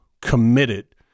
committed